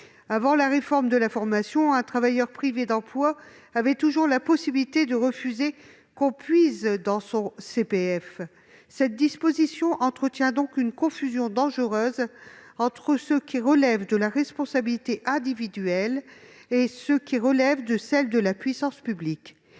Avant la réforme de la formation, un travailleur privé d'emploi pouvait refuser que l'on puise dans son CPF. Cette disposition entretient donc une confusion dangereuse entre ce qui relève de la responsabilité individuelle et ce qui relève de celle de la puissance publique.